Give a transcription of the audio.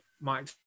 Mike